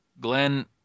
Glenn